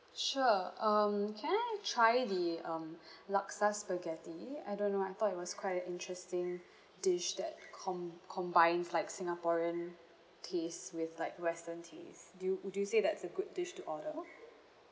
sure um can I try the um laksa spaghetti I don't know I thought it was quite an interesting dish that com~ combines like singaporean taste with like western taste do you would you say that's a good dish to order